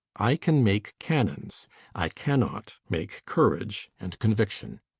i can make cannons i cannot make courage and conviction.